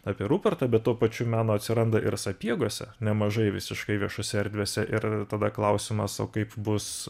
apie rupertą be tuo pačių meno atsiranda ir sapiegose nemažai visiškai viešose erdvėse ir tada klausimas o kaip bus